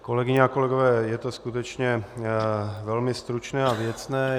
Kolegyně a kolegové, je to skutečně velmi stručné a věcné.